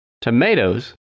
tomatoes